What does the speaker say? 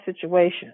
situation